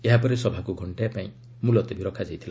ଏହା ପରେ ସଭାକୁ ଘଣ୍ଟାଏ ପାଇଁ ମୁଲତବୀ ରଖାଯାଇଥିଲା